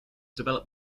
developed